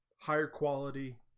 higher quality